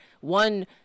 one